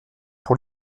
pour